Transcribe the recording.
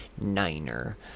Niner